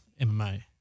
MMA